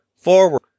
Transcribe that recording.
forward